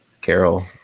carol